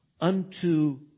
Unto